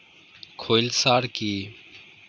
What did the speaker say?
খৈল সার কি?